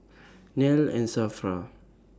Nel and SAFRA